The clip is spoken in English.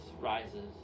rises